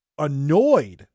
annoyed